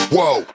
Whoa